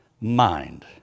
mind